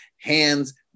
Hands